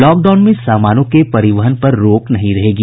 lockdown में सामानों के परिवहन पर रोक नहीं रहेगी